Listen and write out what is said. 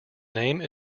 name